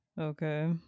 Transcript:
Okay